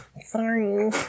Sorry